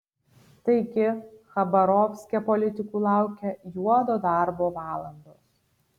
taigi chabarovske politikų laukia juodo darbo valandos